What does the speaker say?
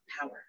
power